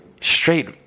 straight